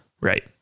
right